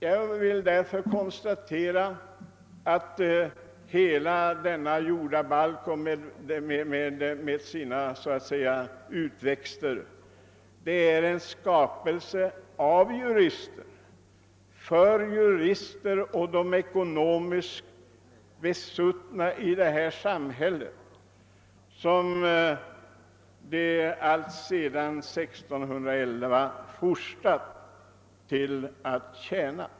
Jag konstaterar att hela detta förslag till jordabalk med sina så att säga utväxter är en skapelse av jurister, för jurister och de besuttna i detta samhälle som juristerna alltsedan 1611 fostrats till att tjäna.